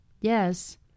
Yes